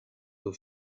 leo